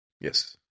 Yes